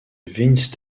vince